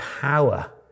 power